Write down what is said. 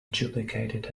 duplicated